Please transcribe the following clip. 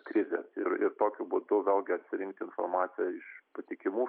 krizės ir ir tokiu būdu vėl gi atsirinkti informaciją iš patikimų